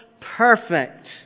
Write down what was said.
perfect